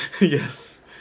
yes